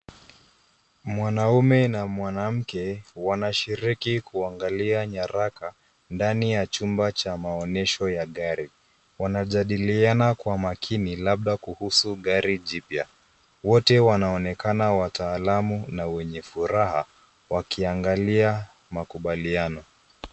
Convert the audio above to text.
Mwanamme na mwanamke wanashiriki kuangalia nyaraka ndani ya chumba cha maonyesho ya gari. Wanajadiliana kwa makini labda kuhusu gari jipya. Wote wanaonekana wataalam na wenye furaha wakiangalia makubaliano.